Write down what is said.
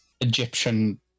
Egyptian